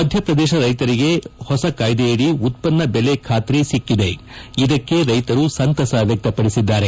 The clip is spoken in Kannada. ಮಧ್ಯಪ್ರದೇಶ ರೈತರಿಗೆ ಹೊಸ ಕಾಯ್ದೆಯಡಿ ಉತ್ಪನ್ನ ಬೆಲೆ ಖಾತ್ರಿ ಸಿಕ್ಕೆದೆ ಇದಕ್ಕೆ ರೈತರು ಸಂತಸ ವ್ಯಕ್ತಪಡಿಸಿದ್ದಾರೆ